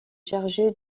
chargé